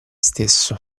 stesso